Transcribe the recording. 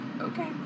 okay